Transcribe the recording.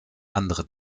andere